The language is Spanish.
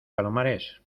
palomares